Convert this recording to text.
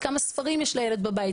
כמה ספרים יש לילד בבית.